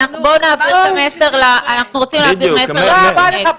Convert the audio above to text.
בואו נעביר מסר --- תודה רבה לך,